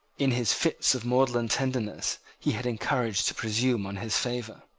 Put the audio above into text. in his fits of maudlin tenderness, he had encouraged to presume on his favour.